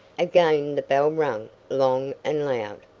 again the bell rang long and loud.